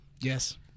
Yes